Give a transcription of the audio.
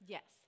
Yes